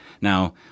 Now